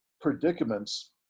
predicaments